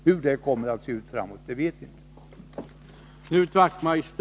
Hur det kommer att utformas vet vi inte.